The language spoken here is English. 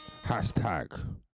Hashtag